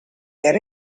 yet